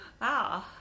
Wow